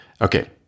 Okay